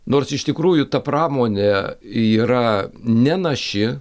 nors iš tikrųjų ta pramonė yra nenaši